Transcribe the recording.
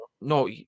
no